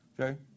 okay